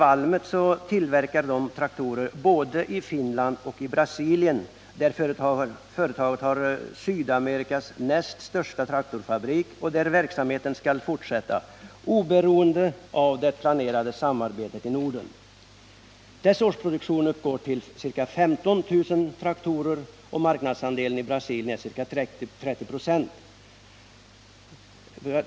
Valmet tillverkar traktorer både i Finland och i Brasilien, där företaget har Sydamerikas näst största traktorfabrik och där verksamheten skall fortsätta oberoende av det planerade samarbetet i Norden. Dess årsproduktion uppgår till ca 15 000 traktorer, och marknadsandelen i Brasilien är ca 30 96.